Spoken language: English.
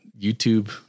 YouTube